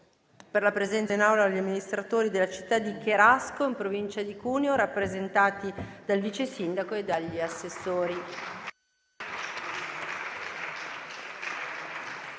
una delegazione degli amministratori della città di Cherasco, in provincia di Cuneo, rappresentati dal vice sindaco e dagli assessori